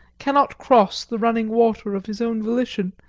cannot cross the running water of his own volition,